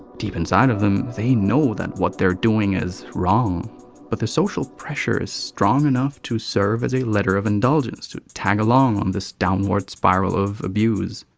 deep inside of them, they know that what they're doing is wrong but the social pressure is strong enough to serve as a letter of indulgence to tag along on this downward spiral of abuse.